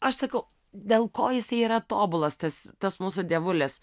aš sakau dėl ko jisai yra tobulas tas tas mūsų dievulis